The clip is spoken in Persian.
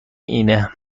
اینه